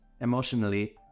emotionally